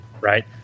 right